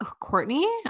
Courtney